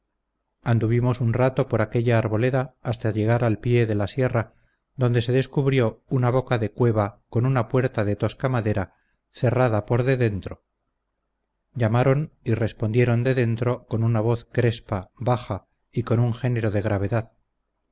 anduvimos un rato por aquella arboleda hasta llegar al pie de la sierra donde se descubrió una boca de cueva con una puerta de tosca madera cerrada por de dentro llamaron y respondieron de dentro con una voz crespa baja y con un género de gravedad